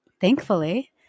thankfully